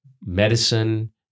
medicine